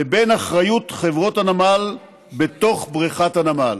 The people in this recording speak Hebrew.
לבין אחריות חברות הנמל בתוך בריכות הנמל.